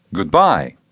Goodbye